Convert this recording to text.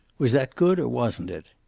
was that good or wasn't it?